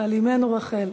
ועל אמנו רחל.